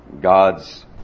God's